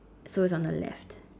so it's on the left